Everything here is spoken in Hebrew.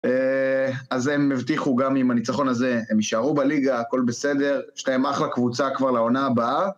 אז הם מבטיחו גם אם הניצחון הזה הם יישארו בליגה, הכל בסדר, שתהיהם אחלה קבוצה כבר לעונה הבאה.